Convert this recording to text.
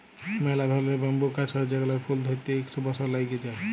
ম্যালা ধরলের ব্যাম্বু গাহাচ হ্যয় যেগলার ফুল ধ্যইরতে ইক শ বসর ল্যাইগে যায়